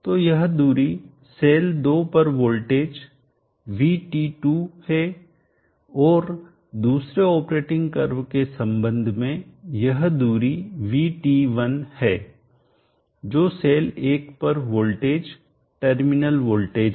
तो यह दूरी सेल 2 पर वोल्टेज VT2 है और दूसरे ऑपरेटिंग कर्व के संबंध में यह दूरी VT1 है जो सेल 1 पर वोल्टेज टर्मिनल वोल्टेज है